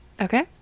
okay